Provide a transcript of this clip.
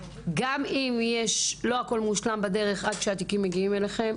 גם אם לא הכול מושלם בדרך עד שהתיקים מגיעים אליהם,